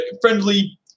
friendly